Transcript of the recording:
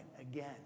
again